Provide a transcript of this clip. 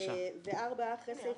בעד